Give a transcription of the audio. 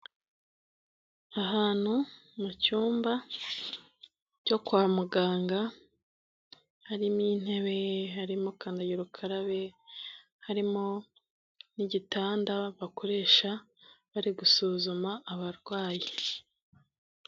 Ahantu mu cyumba cyo kwa muganga harimo intebe, harimo kandagira ukarabe, harimo n'igitanda bakoresha bari gusuzuma abarwayi.